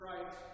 Christ